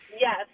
Yes